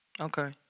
Okay